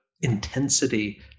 intensity